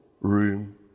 room